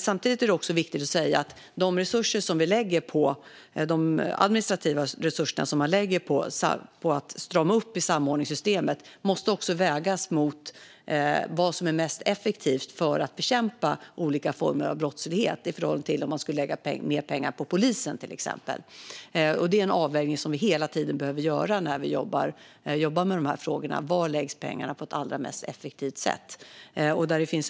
Samtidigt är det viktigt att säga att de administrativa resurser som vi lägger på att strama upp samordningssystemet också måste vägas mot vad som är mest effektivt för att bekämpa olika former av brottslighet - i förhållande till att lägga mer pengar på polisen, till exempel. Detta är en avvägning som vi hela tiden behöver göra när vi jobbar med dessa frågor: Var är det mest effektivt att lägga pengarna?